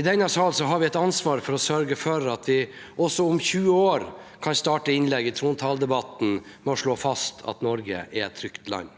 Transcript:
I denne salen har vi et ansvar for å sørge for at vi også om 20 år kan starte innlegg i trontaledebatten med å slå fast at Norge er et trygt land.